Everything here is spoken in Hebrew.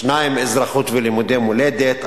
שניים באזרחות ולימודי מולדת,